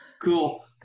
Cool